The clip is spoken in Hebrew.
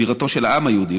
בירתו של העם היהודי,